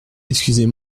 excusez